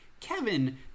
Kevin